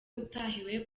utahiwe